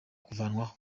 kuvanwaho